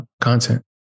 content